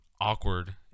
awkward